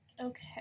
Okay